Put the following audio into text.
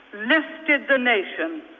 lifted the nation.